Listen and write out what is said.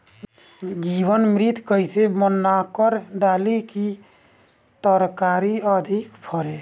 जीवमृत कईसे बनाकर डाली की तरकरी अधिक फरे?